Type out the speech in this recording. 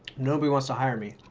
nobody wants to hire me.